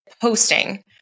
posting